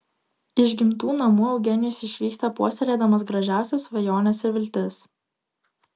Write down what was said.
iš gimtų namų eugenijus išvyksta puoselėdamas gražiausiais svajones ir viltis